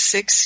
Six